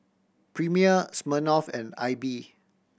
Premier Smirnoff and Aibi